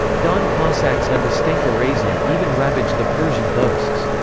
don cossacks under stenka razin even ravaged the persian coasts.